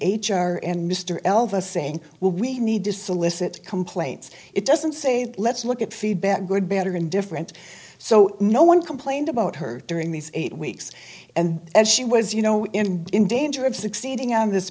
r and mr alva saying well we need to solicit complaints it doesn't say let's look at feedback good bad or indifferent so no one complained about her during these eight weeks and as she was you know in danger of